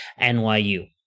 NYU